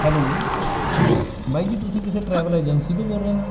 hello ਬਾਈ ਜੀ ਤੁਸੀਂ ਕਿਸੇ ਟਰੈਵਲ ਏਜੰਸੀ ਤੋਂ ਬੋਲ ਰਹੇ ਆ